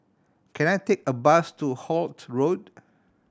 can I take a bus to Holt Road